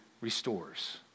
restores